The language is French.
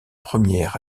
première